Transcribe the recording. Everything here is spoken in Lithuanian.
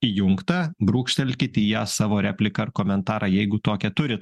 įjungta brūkštelkit į ją savo repliką ar komentarą jeigu tokią turit